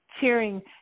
cheering